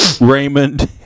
Raymond